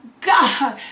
God